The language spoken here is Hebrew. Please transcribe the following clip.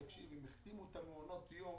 תקשיב, הם החתימו את מעונות היום